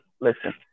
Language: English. Listen